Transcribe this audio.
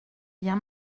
bien